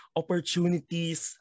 opportunities